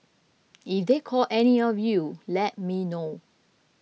if they call any of you let me know